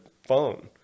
phone